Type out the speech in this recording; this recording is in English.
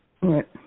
right